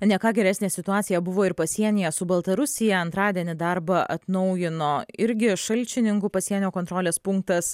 ne ką geresnė situacija buvo ir pasienyje su baltarusija antradienį darbą atnaujino irgi šalčininkų pasienio kontrolės punktas